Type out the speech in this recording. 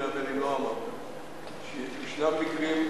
--- יש מקרים,